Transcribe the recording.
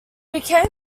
became